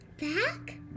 back